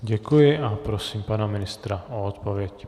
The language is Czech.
Děkuji a prosím pana ministra o odpověď.